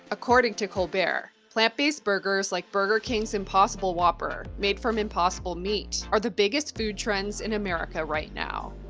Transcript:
according to colbert, plant-based burgers like burger king's impossible whopper, made from impossible meat, are the biggest food trends in america right now.